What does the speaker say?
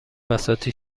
بساطی